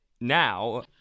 Now